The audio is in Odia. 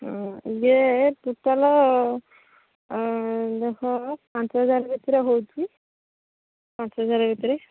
ହଁ ଯେ ଟୋଟାଲ ପାଞ୍ଚହଜାର ଭିତରେ ହେଉଛି ପାଞ୍ଚହଜାର ଭିତରେ